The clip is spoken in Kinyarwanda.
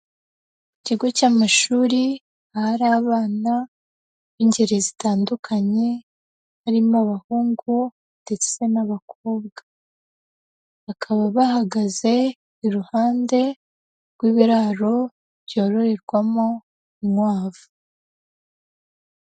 Ikigo cy'amashuri, ahari abana b'ingeri zitandukanye, harimo abahungu ndetse n'abakobwa. Bakaba bahagaze iruhande rw'ibiraro byororerwamo inkwavu.